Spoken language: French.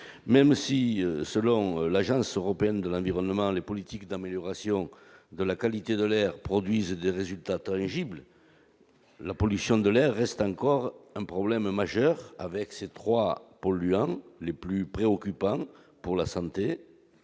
Même si, selon l'Agence européenne de l'environnement, les politiques d'amélioration de la qualité de l'air produisent des résultats tangibles, la pollution de l'air reste un problème majeur. Les trois polluants les plus préoccupants pour la santé